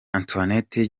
antoinette